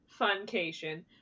funcation